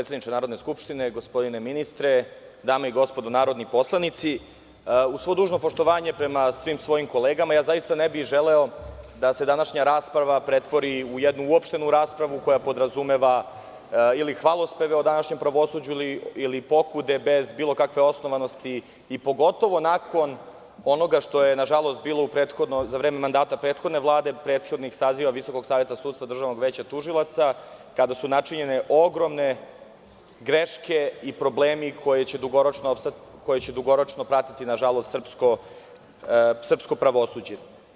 Predsedniče Narodne skupštine, gospodine ministre, dame i gospodo narodni poslanici, uz svo dužno poštovanje prema svim svojim kolegama, ne bih želeo da se današnja rasprava pretvori u jednu uopštenu raspravu koja podrazumeva ili hvalospeve o današnjem pravosuđu ili pokude bez bilo kakve osnovanosti, a pogotovo nakon onoga što je, nažalost, bilo za vreme mandata prethodne Vlade, prethodnih saziva Visokog saveta sudstva, Državnog veća tužilaca kada su načinjene ogromne greške i problemi koji će dugoročno pratiti srpsko pravosuđe.